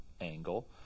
angle